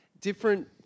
different